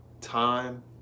time